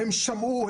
הם שמעו,